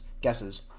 guesses